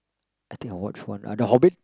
I think I watch one uh The-Hobbit